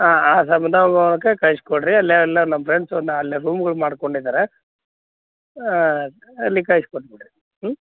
ಹಾಂ ಆ ಸಮುದಾಯ ಭವನಕ್ಕೆ ಕಳಿಸ್ಕೊಡ್ರಿ ಅಲ್ಲೇ ಎಲ್ಲ ನಮ್ಮ ಫ್ರೆಂಡ್ಸ್ ಒಂದು ಅಲ್ಲೇ ರೂಮ್ಗಳು ಮಾಡ್ಕೊಂಡಿದ್ದಾರೆ ಅಲ್ಲಿ ಕಳಿಸಿಕೊಟ್ಬಿಡ್ರಿ